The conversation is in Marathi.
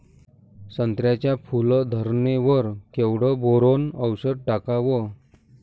संत्र्याच्या फूल धरणे वर केवढं बोरोंन औषध टाकावं?